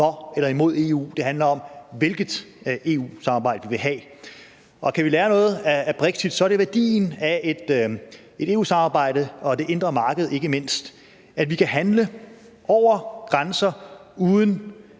for eller imod EU. Det handler om, hvilket EU-samarbejde vi vil have. Kan vi lære noget af brexit, er det værdien af et EU-samarbejde og det indre marked, ikke mindst, og at vi kan handle over grænser uden